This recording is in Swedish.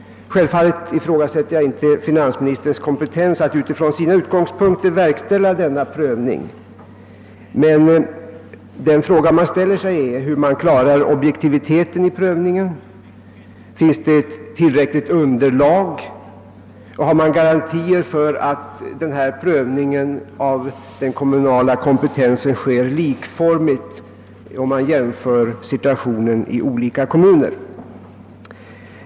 Självfallet ifrågasätter jag inte finansministerns kompetens att utifrån sina utgångspunkter verkställa denna prövning, men den fråga som måste ställas är hur man klarar objektiviteten i prövningen, om det finns ett tillräckligt underlag och garantier för att prövningen av den kommunala kompetensen sker likformigt med hänsyn till situationen i olika kommuner.